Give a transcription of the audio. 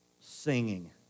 singing